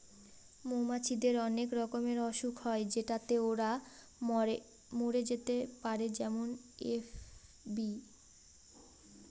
মৌমাছিদের অনেক রকমের অসুখ হয় যেটাতে ওরা মরে যেতে পারে যেমন এ.এফ.বি